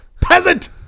peasant